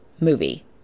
movie